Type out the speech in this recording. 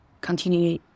continue